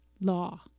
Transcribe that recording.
Law